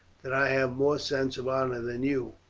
that i have more sense of honour than you.